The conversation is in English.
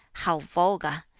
how vulgar!